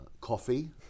coffee